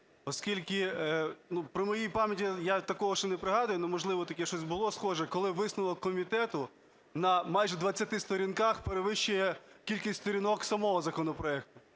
Оскільки при моїй пам'яті, я такого ще не пригадую, але, можливо, таке щось було схоже. Коли висновок комітету на майже двадцяти сторінках перевищує кількість сторінок самого законопроекту.